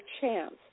chance